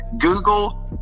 Google